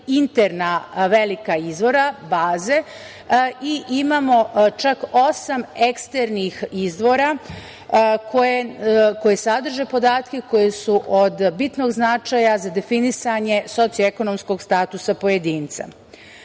interna velika izvora, baze i imamo čak osam eksternih izvora koji sadrže podatke koji su od bitnog značaja za definisanje sociekonomskog statusa pojedinca. Kako